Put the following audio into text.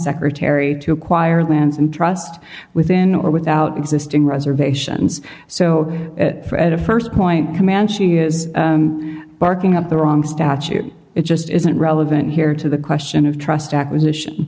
secretary to acquire lands and trust within or without existing reservations so fred a first point comanche is barking up the wrong statute it just isn't relevant here to the question of trust acquisition